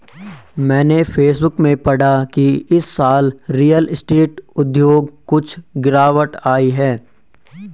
मैंने फेसबुक में पढ़ा की इस साल रियल स्टेट उद्योग कुछ गिरावट आई है